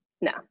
no